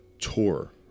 tour